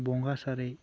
ᱵᱚᱸᱜᱟ ᱥᱟᱨᱮᱡ